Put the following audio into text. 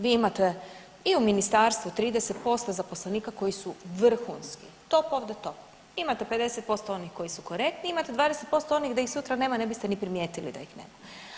Vi imate i u Ministarstvu 30% zaposlenika koji su vrhunski, top of the top, imate 50% onih koji su korektni i imate 20% onih, da ih sutra nema, ne biste ni primijetili da ih nema.